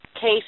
case